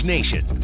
Nation